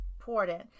important